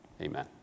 Amen